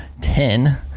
Ten